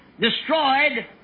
destroyed